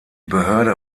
behörde